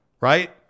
Right